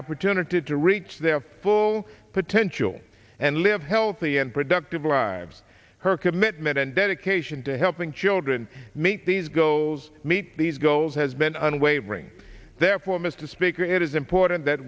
opportunity to reach their full potential and live healthy and productive lives her commitment and dedication to helping children meet these goals meet these goals has been unwavering therefore mr speaker it is important that